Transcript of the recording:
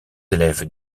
élèves